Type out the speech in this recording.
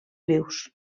vius